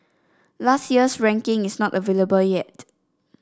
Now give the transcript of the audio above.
last year's ranking is not available yet